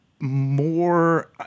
more